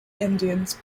indians